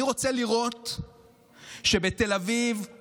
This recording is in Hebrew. אני רוצה לראות שבתל אביב,